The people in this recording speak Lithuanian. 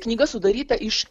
knyga sudaryta iš